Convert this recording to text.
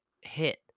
hit